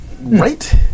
Right